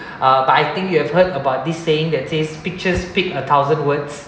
uh but I think you have heard about this saying that says pictures speak a thousand words